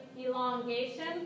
elongation